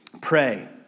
pray